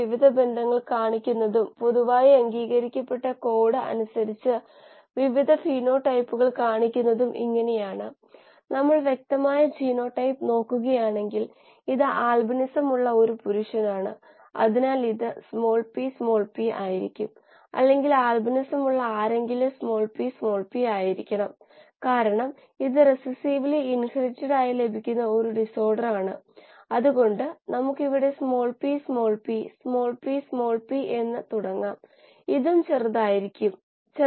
നമ്മുടെ മുമ്പത്തെ ചർച്ചകളിൽ ഇതിലേക്ക് നയിച്ചിരുന്നു എന്നാൽ ഇവിടെയാണ് നമ്മൾ യഥാർത്ഥത്തിൽ കോശത്തിലേക്ക് നോക്കുന്നത് ആദ്യത്തെ സമീപനം കോശം ഒരു കറുത്ത പെട്ടിയാണെന്നും ആ പെട്ടി നിരീക്ഷിച്ചതിൽ നിന്ന് നമുക്ക് ശേഖരിക്കാവുന്ന ചില കാര്യങ്ങൾ ഉണ്ട്